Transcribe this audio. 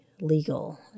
legal